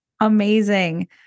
Amazing